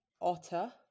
Otter